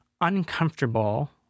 uncomfortable